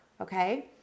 okay